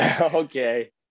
Okay